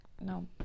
No